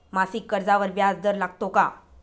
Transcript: मासिक कर्जावर व्याज दर लागतो का?